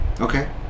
Okay